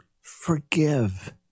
Forgive